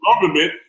government